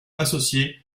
associée